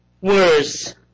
words